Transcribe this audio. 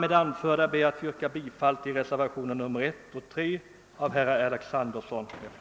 Med det sagda ber jag att få yrka bifall till reservationerna 1 och 3 av herr Alexanderson m. fl: